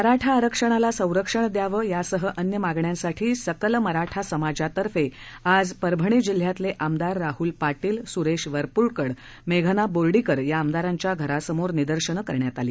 मराठा आरक्षणाला सरक्षण द्यावं यासह अन्य मागण्यांसाठी सकल मराठा समाजातर्फे आज परभणी जिल्ह्यातले आमदार राहल पाटील सुरेश वरपुडकर मेघना बोर्डीकर या आमदारांच्या घरासमोर निदर्शनं करण्यात आली